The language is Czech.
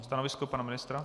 Stanovisko pana ministra?